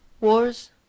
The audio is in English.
wars